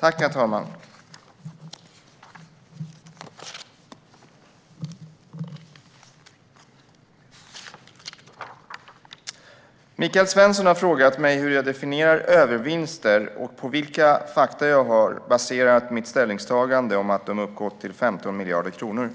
Herr talman! Michael Svensson har frågat mig hur jag definierar övervinster och på vilka fakta jag har baserat mitt ställningstagande att de uppgått till 15 miljarder kronor.